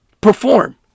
perform